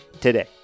today